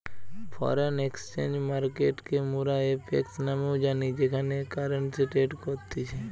foreign exchange মার্কেটকে মোরা FX নামেও জানি যেখানে কারেন্সি ট্রেড করতিছে